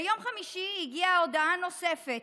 ביום חמישי הגיעה הודעה נוספת,